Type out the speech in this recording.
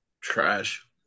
Trash